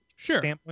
Sure